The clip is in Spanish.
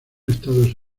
estados